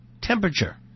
Temperature